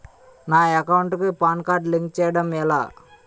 నా అకౌంట్ కు PAN card link చేయడం ఎలా?